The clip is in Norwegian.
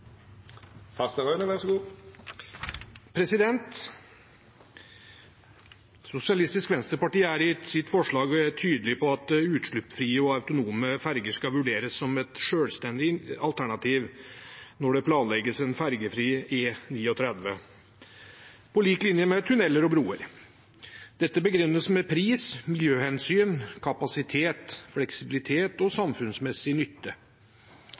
sitt forslag tydelige på at utslippsfrie og autonome ferjer skal vurderes som et selvstendig alternativ på lik linje med tunneler og broer når ferjefri E39 planlegges. Dette begrunnes med pris, miljøhensyn, kapasitet, fleksibilitet og samfunnsmessig nytte